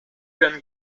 then